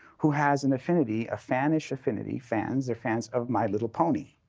who has an affinity, a fannish affinity fans. they're fans of my little pony.